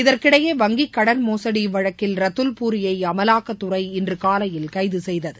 இதற்கிடையே வங்கி கடன் மோசடி வழக்கில் ரத்துர்பூரியை அமலாக்கத்துறை இன்று காலையில் கைது செய்தது